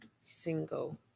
single